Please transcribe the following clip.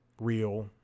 real